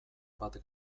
bat